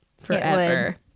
forever